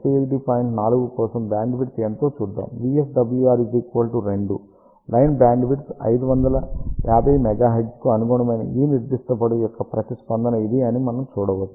4 కోసం బ్యాండ్విడ్త్ ఎంతో చూద్దాం VSWR 2 లైన్ బ్యాండ్విడ్త్ 550 MHz కు అనుగుణమైన ఈ నిర్దిష్ట పొడవు యొక్క ప్రతిస్పందన ఇది అని మనం చూడవచ్చు